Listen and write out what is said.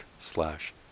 slash